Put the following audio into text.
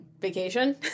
vacation